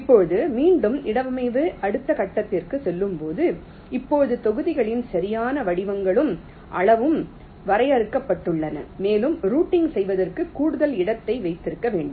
இப்போது மீண்டும் இடவமைவு அடுத்த கட்டத்திற்கு செல்லும்போது இப்போது தொகுதிகளின் சரியான வடிவங்களும் அளவும் வரையறுக்கப்பட்டுள்ளன மேலும் ரூட்டிங் செய்வதற்கு கூடுதல் இடத்தை வைத்திருக்க வேண்டும்